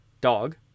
dog